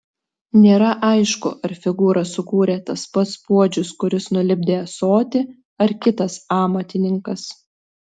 nėra aišku ar figūrą sukūrė tas pats puodžius kuris nulipdė ąsotį ar kitas amatininkas